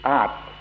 art